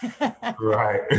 Right